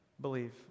believe